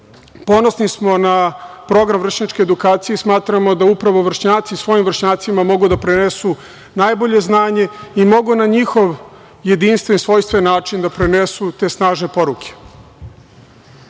sportu. Ponosni smo na program vršnjačke edukacije i smatramo da upravo vršnjaci svojim vršnjacima mogu da prenesu najbolje znanje i mogu na njihov jedinstven, svojstven način da prenesu te snažne poruke.S